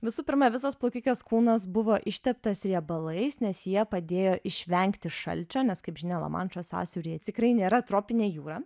visų pirma visas plaukikės kūnas buvo išteptas riebalais nes jie padėjo išvengti šalčio nes kaip žinia lamanšo sąsiauryje tikrai nėra tropinė jūra